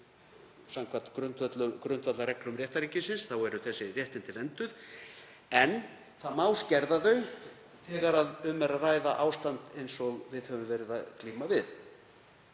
samkvæmt grundvallarreglum réttarríkisins eru þau réttindi vernduð en það má skerða þau þegar um er að ræða ástand eins og við höfum verið að glíma við.